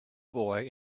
boy